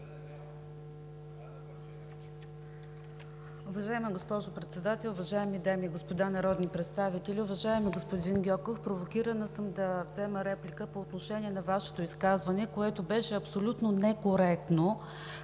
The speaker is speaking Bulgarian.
Уважаема госпожо Председател, уважаеми дами и господа народни представители! Уважаеми господин Гьоков, провокирана съм да взема реплика по отношение на Вашето изказване, което беше абсолютно некоректно,